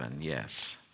yes